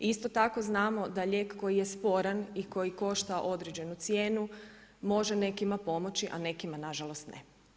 Isto tako znamo da lijek koji je sporan i koji košta određenu cijenu može nekima pomoći a nekima nažalost ne.